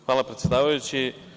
Hvala predsedavajući.